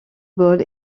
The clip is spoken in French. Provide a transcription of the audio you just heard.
ball